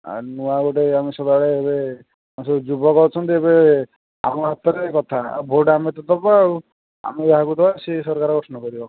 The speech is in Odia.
ଆଉ ମୁଁ ଆଉ ଗୋଟେ ଆମ ସଦାବେଳେରେ ଏବେ ଆମେ ସବୁ ଯୁବକ ଅଛନ୍ତି ଆମ ହାତରେ କଥା ଆଉ ଭୋଟ୍ ଆମେ ତ ଦେବେ ଆଉ ଆମେ ଯାହାକୁ ଦେବା ସିଏ ସରକାର ଗଠନ କରିବ